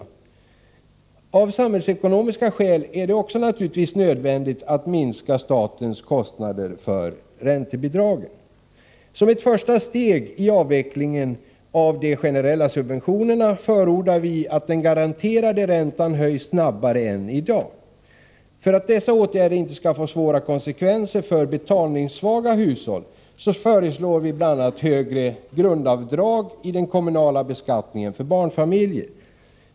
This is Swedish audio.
Av samhällsekonomiska skäl är det naturligtvis också nödvändigt att minska statens kostnader för räntebidragen. Som ett första steg i avvecklingen av de generella subventionerna förordar vi att den garanterde räntan höjs snabbare än i dag. För att dessa åtgärder inte skall få svåra konsekvenser för betalningssvaga hushåll föreslår vibl.a. högre grundavdrag i den kommunala beskattningen för barnfamiljer.